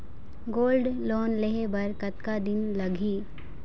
Gold loan लेहे बर कतका दिन लगही?